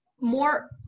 more